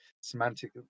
semantic